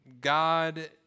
God